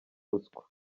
ruswa